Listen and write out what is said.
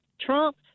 Trump